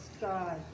God